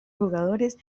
jugadores